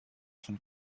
von